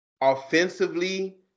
Offensively